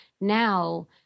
now